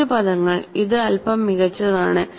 അഞ്ച് പദങ്ങൾ ഇത് അൽപ്പം മികച്ചതാണ്